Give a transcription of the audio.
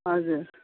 हजुर